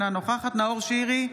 אינה נוכחת נאור שירי,